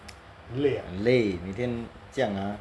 很累每天这样啊